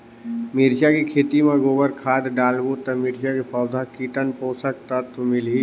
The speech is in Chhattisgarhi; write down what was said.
मिरचा के खेती मां गोबर खाद डालबो ता मिरचा के पौधा कितन पोषक तत्व मिलही?